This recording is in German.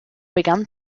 begann